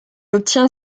obtient